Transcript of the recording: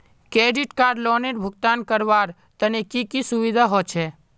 Credit card लोनेर भुगतान करवार तने की की सुविधा होचे??